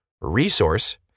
resource